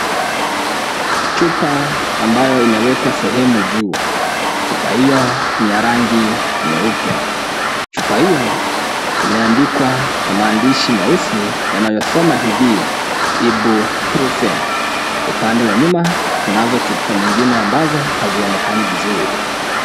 Chupa ambayo imewekwa sehemu juu, chupa hiyo ni ya rangi nyeupe ,chupa hiyo imeandikwa kwa maandishi meusi yanayosoma hivi ,Ibrufen, upande wa nyuma kuna chupa ambazo hazionekani vizuri.